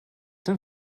denn